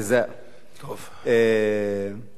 האם,